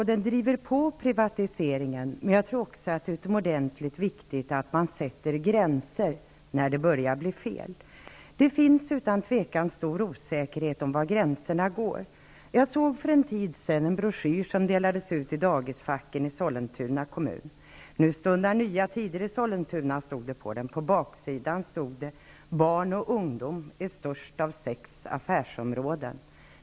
De driver på privatiseringen, men det är utomordentligt viktigt att man också sätter gränser när det börjar bli fel. Det finns utan tvivel en stor osäkerhet om var gränserna går. För en tid sedan tog jag del av en broschyr som delades ut i dagisfacken i Sollentuna kommun. Nu stundar nya tider i Sollentuna, stod det att läsa i broschyren. På baksidan kunde man läsa: Barn och ungdom är störst av sex affärsområden.